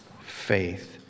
faith